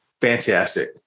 Fantastic